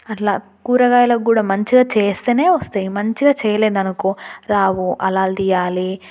అట్లా కూరగాయలకు కూడా మంచిగ చేస్తేనే వస్తాయి మంచిగా చేయలేదనుకో రావు అలాల్ తీయాలి